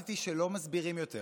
החלטתי שלא מסבירים יותר,